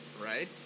right